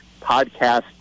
podcast